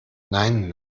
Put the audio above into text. nein